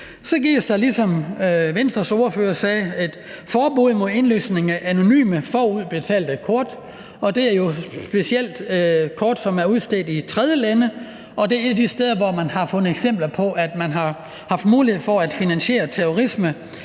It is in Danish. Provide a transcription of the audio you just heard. ordfører sagde, et forbud mod indløsning af anonyme forudbetalte kort, som er udstedt i tredjelande, og det er et af de steder, hvor man har fundet eksempler på, at der har været mulighed for at finansiere terrorisme